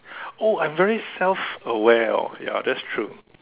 oh I'm very self aware orh ya that's true